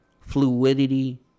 fluidity